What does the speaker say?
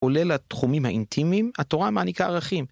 כולל התחומים האינטימיים, התורה מעניקה ערכים.